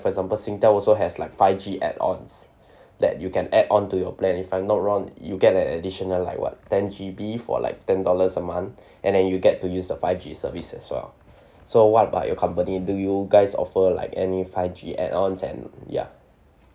for example singtel also has like five G add ons that you can add on to your plan if I'm not wrong you get an additional like what ten G_B for like ten dollars a month and then you get to use the five G service as well so what about your company do you guys offer like any five G add ons and ya